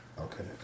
Okay